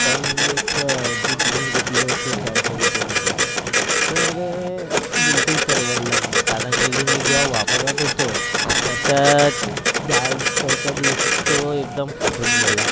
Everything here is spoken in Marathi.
तर मी एक जे जीन्स घेतलो होतो चारशे रुपयेमध्ये तो मला बिलकुल परवडला नाही कारण की मी जेव्हा वापरत होतो त्याच्या चार चवथ्या दिवशी तो एकदम फाटून गेला